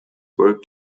work